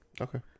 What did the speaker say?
Okay